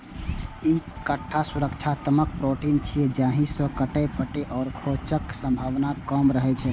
ई एकटा सुरक्षात्मक प्रोटीन छियै, जाहि सं कटै, फटै आ खोंचक संभावना कम रहै छै